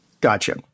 Gotcha